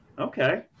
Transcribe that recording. Okay